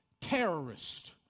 terrorist